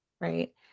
right